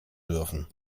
dürfen